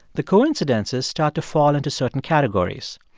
the coincidences start to fall into certain categories.